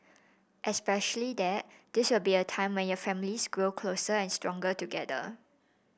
especially that this will be a time when your families grow closer and stronger together